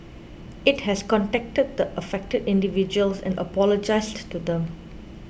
it has contacted the affected individuals and apologised to them